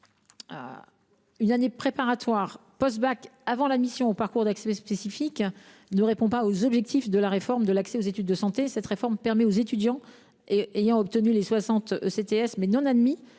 Une année préparatoire post bac, avant l’admission au parcours accès santé spécifique (Pass) ne répond cependant pas aux objectifs de la réforme de l’accès aux études de santé. Celle ci permet aux étudiants ayant obtenu les 60 ECTS, mais non admis